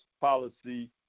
policy